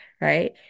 right